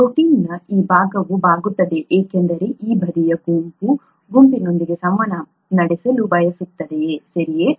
ಪ್ರೋಟೀನ್ನ ಈ ಭಾಗವು ಬಾಗುತ್ತದೆ ಏಕೆಂದರೆ ಈ ಬದಿಯ ಗುಂಪು ಈ ಗುಂಪಿನೊಂದಿಗೆ ಸಂವಹನ ನಡೆಸಲು ಬಯಸುತ್ತದೆ ಸರಿಯೇ